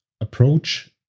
approach